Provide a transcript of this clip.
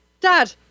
Dad